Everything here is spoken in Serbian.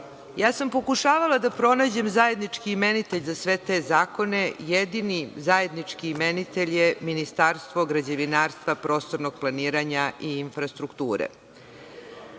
raspravu. Pokušavala sam da pronađem zajednički imenitelj za sve te zakone, jedini zajednički imenitelj je Ministarstvo građevinarstva, prostornog planiranja i infrastrukture.Međutim,